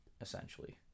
Essentially